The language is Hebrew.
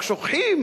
שוכחים